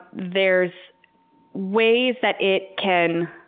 there's ways that it can